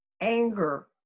anger